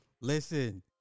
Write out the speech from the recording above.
listen